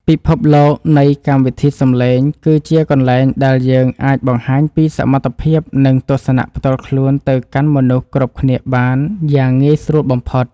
ពិភពលោកនៃកម្មវិធីសំឡេងគឺជាកន្លែងដែលយើងអាចបង្ហាញពីសមត្ថភាពនិងទស្សនៈផ្ទាល់ខ្លួនទៅកាន់មនុស្សគ្រប់គ្នាបានយ៉ាងងាយស្រួលបំផុត។